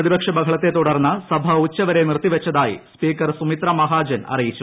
പ്രതിപക്ഷ ബഹളത്തെ തുടർന്ന് സഭ ഉച്ചവരെ നിർത്തിവച്ചതായി സ്പീക്കർ സുമിത്രാ മഹാജൻ അറിയിച്ചു